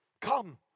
come